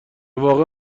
واقع